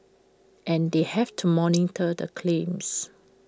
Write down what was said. and they have to monitor the claims